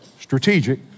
strategic